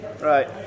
Right